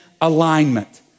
alignment